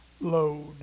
load